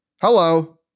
Hello